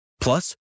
Plus